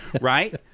right